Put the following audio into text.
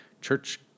church